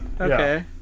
Okay